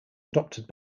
adopted